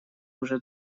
уже